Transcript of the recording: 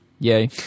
Yay